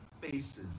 faces